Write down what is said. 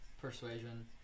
persuasion